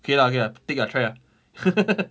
K lah okay I'll take a try lah